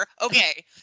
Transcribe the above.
Okay